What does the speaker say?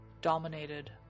dominated